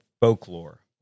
folklore